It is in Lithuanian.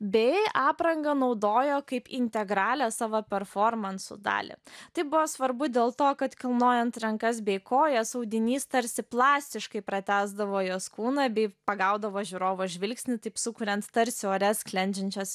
bei aprangą naudojo kaip integralią savo performansų dalį tai buvo svarbu dėl to kad kilnojant rankas bei kojas audinys tarsi plastiškai pratęsdavo jos kūną bei pagaudavo žiūrovo žvilgsnį taip sukuriant tarsi ore sklendžiančios